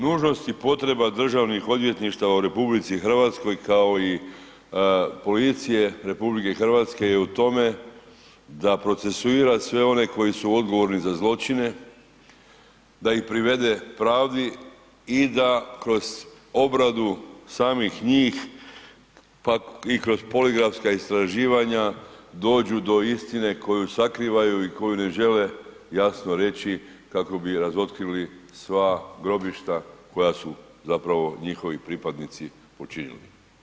Nužnost i potreba državnih odvjetništava u RH kao i policije RH je u tome da procesuira sve one koji su odgovorni za zločine da ih privede pravdi i da kroz obradu samih njih pa i kroz poligrafska istraživanja dođu do istine koju sakrivaju i koju ne žele jasno reći kako bi razotkrili sva grobišta koja su zapravo njihovi pripadnici počinili.